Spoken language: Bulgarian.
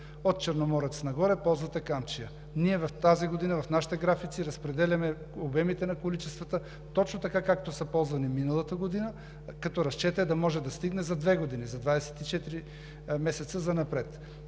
от Черноморец нагоре ползвате „Камчия“. Ние тази година в нашите графици разпределяме обемите на количествата точно така, както са ползвани миналата година, като разчетът е да може да стигне за две години – за 24 месеца занапред.